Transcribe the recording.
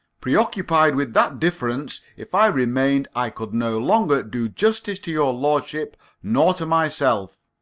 preoccupied with that difference, if i remained, i could no longer do justice to your lordship nor to myself.